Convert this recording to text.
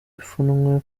ipfunwe